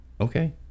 okay